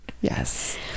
Yes